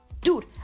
dude